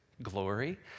glory